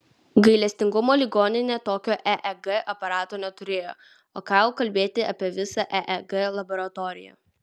gailestingumo ligoninė tokio eeg aparato neturėjo o ką jau kalbėti apie visą eeg laboratoriją